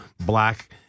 black